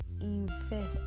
invest